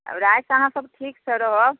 अब रातिके अहाँ सब ठीक से रहब